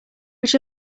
would